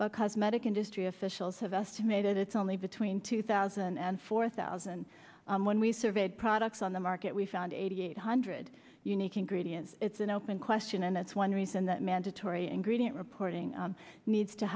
but cosmetic industry officials have estimated it's only between two thousand and four thousand when we surveyed products on the market we found eighty eight hundred unique and gradients it's an open question and that's one reason that mandatory and gradient porting needs to